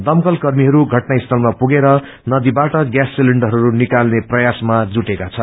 दमकलकर्मीहरू घटनास्थलमा पुगेर नदीबाट ग्यास सिलिन्डरहरू निकाल्ने प्रयासमा जुटेका छन्